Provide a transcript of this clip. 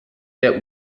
der